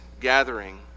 gathering